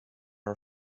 are